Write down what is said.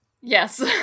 Yes